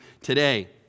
today